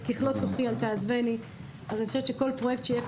ככלות כוחי אל תעזבני.״ אז הפרויקט הזה,